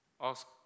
ask